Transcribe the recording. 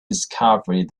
discovery